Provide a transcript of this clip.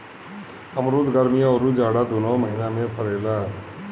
अमरुद गरमी अउरी जाड़ा दूनो महिना में फरेला